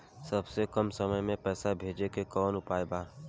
सबसे कम समय मे पैसा भेजे के कौन उपाय बा?